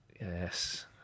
Yes